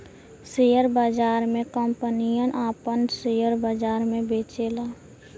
share बाजार मे कंपनियन आपन सेअर बाजार मे बेचेला